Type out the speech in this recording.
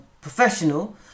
professional